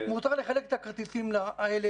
מותר לחלק את הכרטיסים האלה